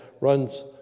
runs